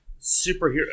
superhero